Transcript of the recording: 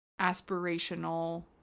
aspirational